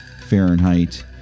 Fahrenheit